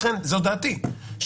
זו דעתי,